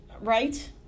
right